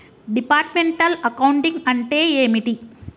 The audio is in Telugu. డిపార్ట్మెంటల్ అకౌంటింగ్ అంటే ఏమిటి?